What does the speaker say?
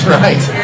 right